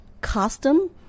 custom